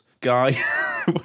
guy